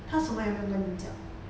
他什么也没有跟你讲